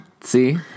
see